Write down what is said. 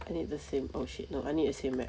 I need the same oh shit no I need the same map